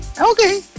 okay